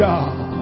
God